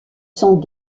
sont